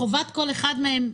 חובת כל אחד מהם,